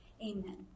Amen